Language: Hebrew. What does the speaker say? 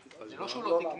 זה לא שהוא לא תיקני.